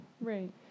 Right